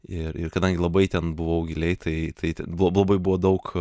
ir ir kadangi labai ten buvau giliai tai tai buvo labai buvo daug